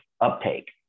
uptake